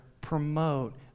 promote